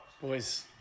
boys